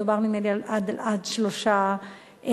מדובר, נדמה לי, על עד שלושה ילדים.